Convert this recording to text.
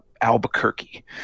Albuquerque